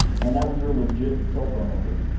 and that was her legit cell phone number.